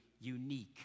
unique